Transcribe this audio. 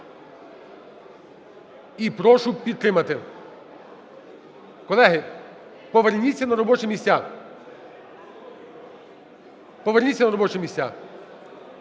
і прошу підтримати. Колеги, поверніться на робочі місця. Поверніться на робочі місця.